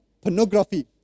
pornography